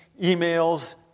emails